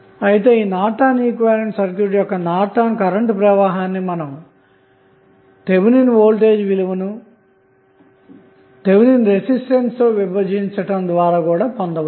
అయితే ఈ Norton equivalent circuit యొక్క నార్టన్ కరెంటు ప్రవాహాన్ని మనం థెవెనిన్ వోల్టేజ్ విలువను థెవెనిన్ రెసిస్టెన్స్ తో విభజించుట ద్వారా కూడా పొందవచ్చు